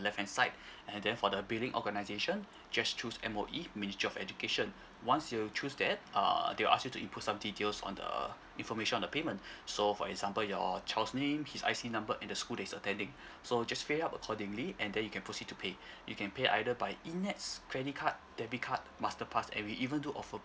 left hand side and then for the billing organisation just choose M_O_E ministry of education once you choose that err they'll ask you to input some details on the information on the payment so for example your child's name his I_C number and the school that he's attending so just fill it up accordingly and then you can proceed to pay you can pay either by ENETS credit card debit card masterpass and we even do offer